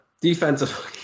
defensively